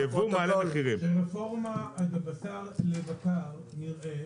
ברפורמת הבשר לבקר מרעה